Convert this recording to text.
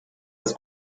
das